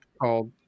called